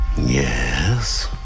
Yes